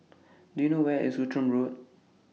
Do YOU know Where IS Outram Road